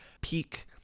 peak